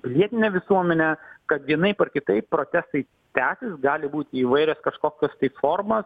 pilietine visuomene kad vienaip ar kitaip protestai tęsis gali būt įvairios kažkokios tai formos